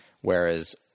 whereas